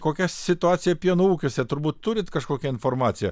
kokia situacija pieno ūkiuose turbūt turit kažkokią informaciją